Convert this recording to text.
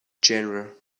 genre